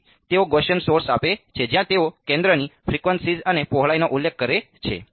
તેથી તેઓ Gaussian source આપે છે જ્યાં તેઓ કેન્દ્રની ફ્રીક્વન્સીઝ અને પહોળાઈનો ઉલ્લેખ કરે છે